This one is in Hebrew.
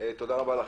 תודה רבה לך.